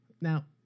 Now